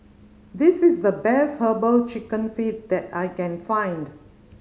this is the best Herbal Chicken Feet that I can find